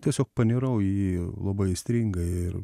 tiesiog panirau į labai aistringai ir